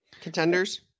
contenders